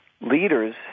leaders